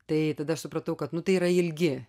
tai tada aš supratau kad tai yra ilgi